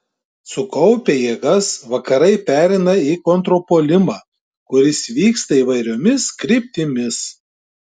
sukaupę jėgas vakarai pereina į kontrpuolimą kuris vyksta įvairiomis kryptimis